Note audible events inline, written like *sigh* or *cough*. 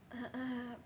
*noise*